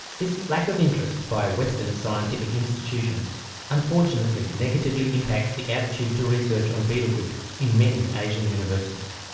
this lack of interest by western scientific institutions unfortunately negatively impacts the attitude to research on betel quid in many asian universities.